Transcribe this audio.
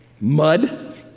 mud